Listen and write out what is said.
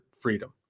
Freedom